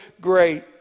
great